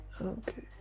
Okay